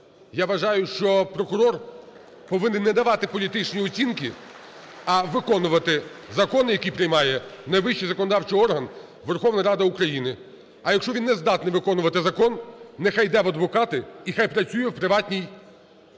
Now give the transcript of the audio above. Я вважаю, що прокурор повинен не давати політичні оцінки, а виконувати закони, які приймає найвищий законодавчий орган – Верховна Рада України. А якщо він нездатний виконувати закон, нехай йде в адвокати і хай працює в приватній